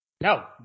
No